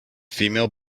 female